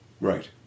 Right